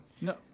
no